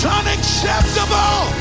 unacceptable